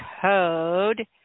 code